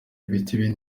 ibiti